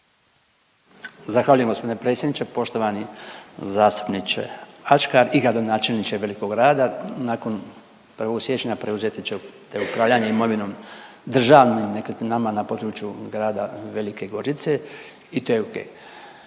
Zahvaljujem gospodine predsjedniče. Poštovani zastupniče Ačkar i gradonačelniče velikog grada, nakon 1. siječnja preuzeti ćete upravljanje imovinom državnim nekretninama na području grada Velike Gorice i to je ok.